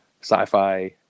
sci-fi